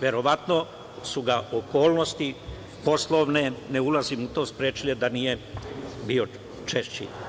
Verovatno su ga okolnosti poslovne, ne ulazim u to, sprečile da nije bio češće.